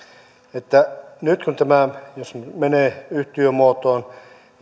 niin nyt jos tämä menee yhtiömuotoon